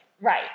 Right